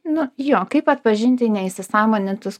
na jo kaip atpažinti neįsisąmonintus